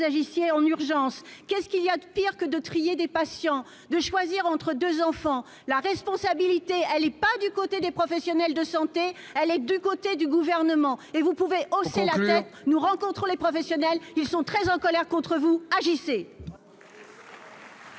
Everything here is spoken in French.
agissiez en urgence qu'est-ce qu'il y a de pire que de trier des patients de choisir entre 2 enfants la responsabilité, elle est pas du côté des professionnels de santé, elle est du côté du gouvernement, et vous pouvez aussi la paix, nous rencontrons les professionnels, ils sont très en colère contre vous agissez.